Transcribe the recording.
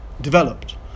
developed